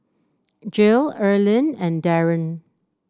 Jill Erlene and Daron